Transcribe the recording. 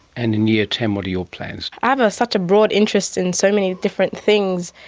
and in year ten, what are your plans? i have ah such a broad interest in so many different things.